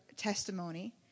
testimony